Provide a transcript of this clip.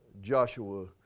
Joshua